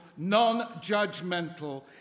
non-judgmental